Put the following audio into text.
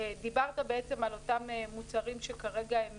דיברת בעצם על אותם מוצרים שכרגע הם